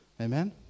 Amen